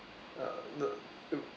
uh no um